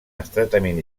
estretament